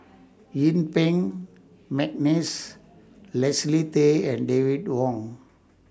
Yuen Peng Mcneice Leslie Tay and David Wong